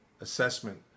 assessment